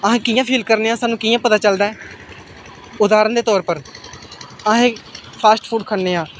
अस कि'यां फील करने आं सानूं कि'यां पता चलदा ऐ उदाहरण दे तौर पर अस फास्ट फूड खन्ने आं